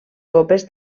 copes